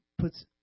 puts